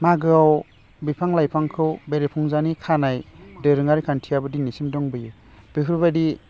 मागोआव बिफां लाइफांखौ बेरे फुंजानि खानाय दोरोङारि खान्थिआबो दिनैसिम दंबोयो बेफोबायदि